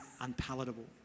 unpalatable